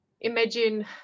imagine